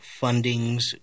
fundings